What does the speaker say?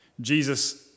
Jesus